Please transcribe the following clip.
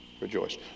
Rejoice